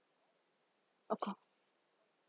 okay